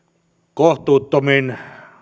kohtuuttomin